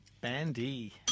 Bandy